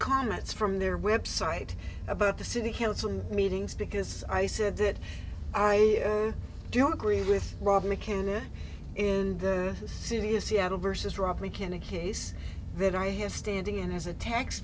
comments from their website about the city council meetings because i said that i don't agree with rob mckenna in the city of seattle versus romney can a case that i have standing in as a tax